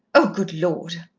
oh, good lord!